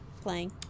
playing